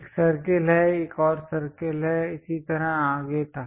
एक सर्कल है एक और सर्कल है और इसी तरह आगे तक